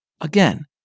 Again